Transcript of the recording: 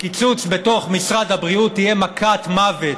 הקיצוץ בתוך משרד הבריאות יהיה מכת מוות